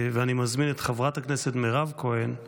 ואני מזמין את חברת הכנסת מירב כהן,